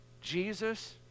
Jesus